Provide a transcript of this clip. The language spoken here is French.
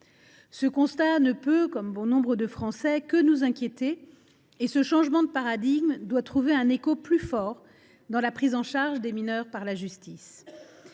que nous inquiéter, comme bon nombre de Français, et ce changement de paradigme doit trouver un écho plus fort dans la prise en charge des mineurs par la justice.